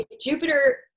Jupiter